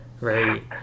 right